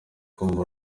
kumva